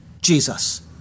Jesus